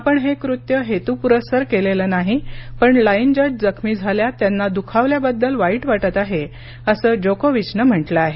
आपण हे कृत्य हेतूपुरस्सर केलेलं नाही पण लाइन जज जखमी झाल्या त्यांना दुखावल्याबद्दल खूप वाईट वाटत आहे असं जोकोविचनं म्हटलं आहे